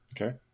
Okay